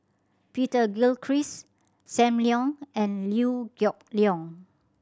Peter Gilchrist Sam Leong and Liew Geok Leong